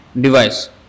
device